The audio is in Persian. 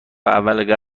اول